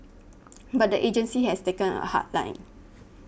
but the agency has taken a hard line